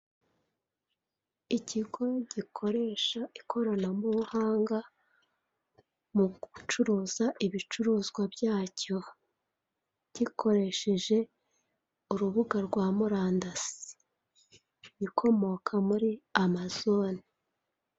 Ikigo gikoresha ikoranabuhanga mugucuruza ibicuruzwa byacyo gikoresheje urubuga rwa murandasi ikomoka muri amazone.